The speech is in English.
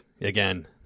again